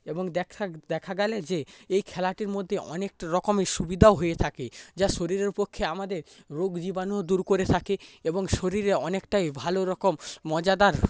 এবং দেখা দেখা গেলে যে এই খেলাটির মধ্যে অনেক রকম সুবিধাও হয়ে থাকে যা শরীরের পক্ষে আমাদের রোগ জীবাণু ও দূর করে থাকে এবং শরীরে অনেকটাই ভালো রকম মজাদার